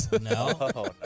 No